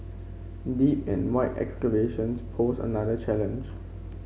deep and wide excavations posed another challenge